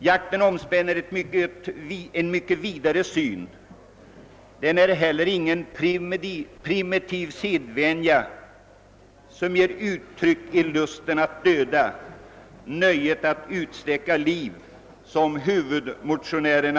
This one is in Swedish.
Jakten omspänner en mycket vidare syn. Den är heller inte någon primitiv sedvänja, som tar sig uttryck i lusten att döda — nöjet att utsläcka liv, som huvudmotionären